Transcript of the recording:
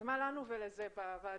אז מה לנו ולזה בוועדה?